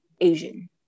Asian